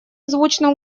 звучным